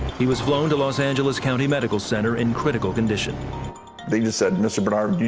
he was flown to los angeles county medical center in critical condition. they said, mr. bernard,